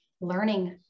learning